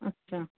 আচ্ছা